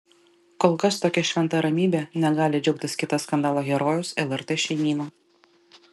kol kas tokia šventa ramybe negali džiaugtis kitas skandalo herojus lrt šeimyna